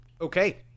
okay